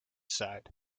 side